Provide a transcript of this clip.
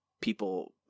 people